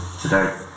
today